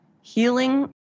healing